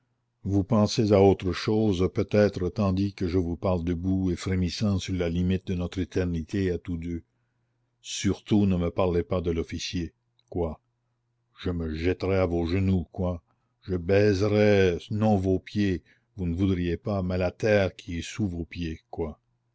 vous pensez à autre chose peut-être tandis que je vous parle debout et frémissant sur la limite de notre éternité à tous deux surtout ne me parlez pas de l'officier quoi je me jetterais à vos genoux quoi je baiserais non vos pieds vous ne voudriez pas mais la terre qui est sous vos pieds quoi